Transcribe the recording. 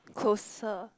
closer